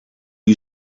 you